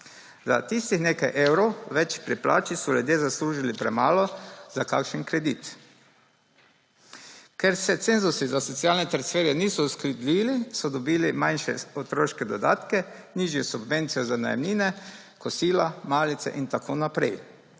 Za tistih nekaj evrov več pri plači so ljudje zaslužili premalo za kakšen kredit. Ker se cenzusi za socialne transferje niso uskladili, so dobili manjše otroške dodatke, nižje subvencije za najemnine, kosila, malice in tako naprej.